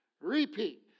repeat